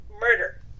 murder